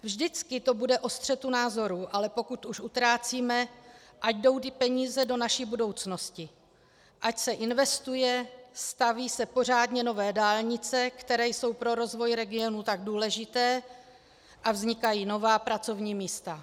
Vždycky to bude o střetu názorů, ale pokud už utrácíme, ať jdou ty peníze do naší budoucnosti, ať se investuje, staví se pořádně nové dálnice, které jsou pro rozvoj regionů tak důležité, a vznikají nová pracovní místa.